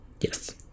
Yes